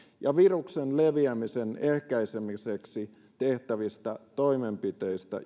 ja viruksen leviämisen ehkäisemiseksi tehtävistä toimenpiteistä